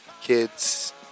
kids